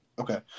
Okay